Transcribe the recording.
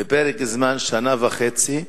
בפרק זמן של שנה וחצי,